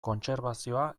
kontserbazioa